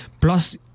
plus